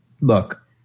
look